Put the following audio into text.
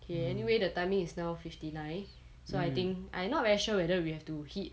okay anyway the timing is now fifty nine so I think I not very sure whether we have to hit